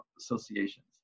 associations